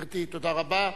תודה רבה.